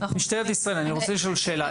משטרת ישראל, אני רוצה לשאול שאלה.